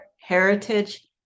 Heritage